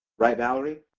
right, valerie?